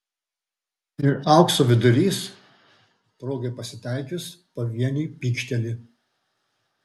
ir aukso vidurys progai pasitaikius pavieniui pykšteli